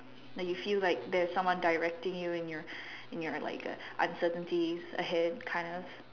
like you feel like there is someone directing you in your in your like uh uncertainties ahead kind of